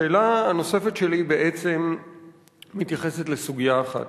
השאלה הנוספת שלי בעצם מתייחסת לסוגיה אחת,